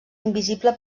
invisible